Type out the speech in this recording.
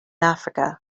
africa